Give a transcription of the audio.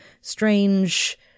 strange